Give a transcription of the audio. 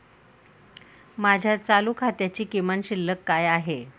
माझ्या चालू खात्याची किमान शिल्लक काय आहे?